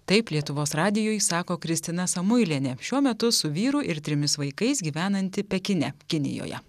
taip lietuvos radijui sako kristina samuilienė šiuo metu su vyru ir trimis vaikais gyvenanti pekine kinijoje